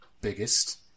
biggest